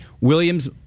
Williams